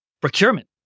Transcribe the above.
procurement